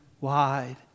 wide